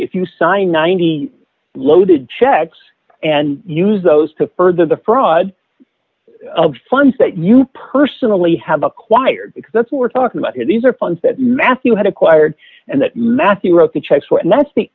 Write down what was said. if you sign ninety loaded checks and use those to further the fraud of funds that you personally have acquired because that's what we're talking about here these are funds that matthew had acquired and that matthew wrote the checks for and that's the